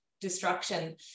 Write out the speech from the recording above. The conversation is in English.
destruction